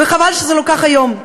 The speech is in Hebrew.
וחבל שזה לא כך היום.